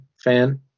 fan